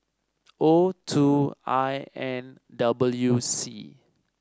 O two I N W C